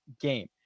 game